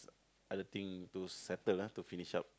other thing to settle ah to finish up